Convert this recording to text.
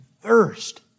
thirst